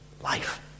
life